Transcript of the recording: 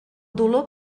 dolor